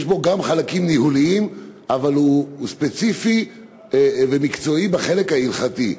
יש בו גם חלקים ניהוליים אבל הוא ספציפי ומקצועי בחלק ההלכתי,